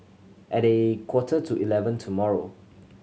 at a quarter to eleven tomorrow